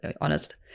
honest